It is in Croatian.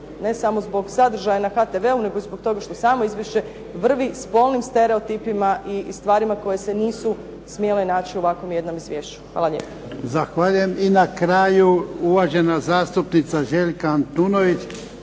ne samo zbog sadržaja na HTV-u, nego i zbog toga što samo izvješće vrvi spolnim stereotipima i stvarima koje se nisu smjele naći u ovakvom jednom izvješću. Hvala lijepa.